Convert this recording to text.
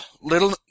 little